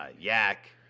yak